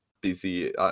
busy